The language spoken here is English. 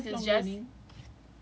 ya breakout rooms is just